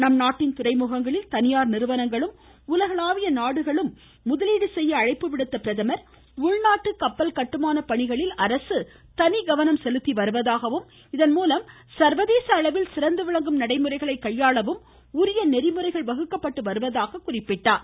நம்நாட்டின் துறைமுகங்களில் தனியார் நிறுவனங்களும் உலகளாவிய நாடுகளும் முதலீடு செய்ய அழைப்பு விடுத்த பிரதமர் உள்நாட்டு கப்பல் கட்டுமான பணிகளில் அரசு தனிகவனம் செலுத்தி வருவதாகவும் இதன்மூலம் சர்வதேச அளவில் சிறந்துவிளங்கும் நடைமுறைகளை கையாளவும் அரசு நெறிமுறைகளை வகுத்து வருவதாகவும் குறிப்பிட்டார்